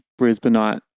Brisbaneite